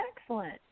excellent